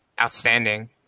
outstanding